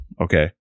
Okay